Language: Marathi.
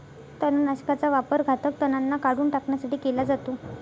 तणनाशकाचा वापर घातक तणांना काढून टाकण्यासाठी केला जातो